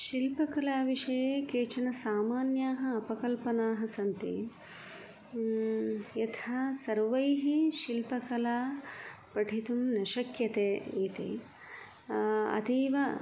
शिल्कपलाविषये केचन सामान्याः अपकल्पनाः सन्ति यथा सर्वैः शिल्पकला पठितुं न शक्यते इति अतीव